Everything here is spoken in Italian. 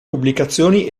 pubblicazioni